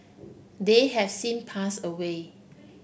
they have sin pass away